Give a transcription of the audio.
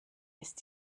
ist